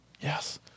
Yes